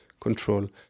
control